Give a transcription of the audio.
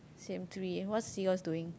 same three what's seagulls doing